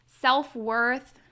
self-worth